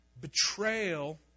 betrayal